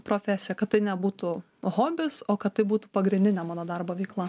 profesiją kad tai nebūtų hobis o kad tai būtų pagrindinė mano darbo veikla